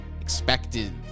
expected